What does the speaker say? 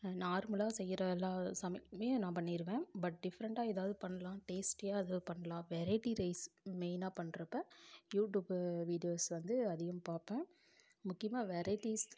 நார்மலாக செய்யிற எல்லா சமையலுமே நான் பண்ணிருவேன் பட் டிஃப்ரெண்டாக எதாவது பண்ணலாம் டேஸ்ட்டியாக எதாவது பண்ணலாம் வெரைட்டி ரைஸ் மெயின்னாக பண்ணுறப்ப யூடியூப் வீடியோஸ் வந்து அதிகம் பார்ப்பேன் முக்கியமாக வெரைட்டிஸ்